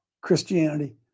Christianity